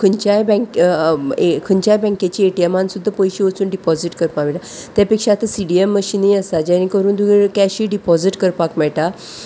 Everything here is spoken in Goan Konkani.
खंयच्याय बँक ए खंयच्याय बँकेचे एटीएमान सुद्दां पयशे वचून डिपोजीट करपाक मेळटा त्या पेक्षा आतां सी डी एम मशिनी आसा जेणे करून तुवें कॅशूय डिपोजीट करपाक मेळटा